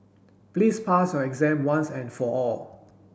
please pass your exam once and for all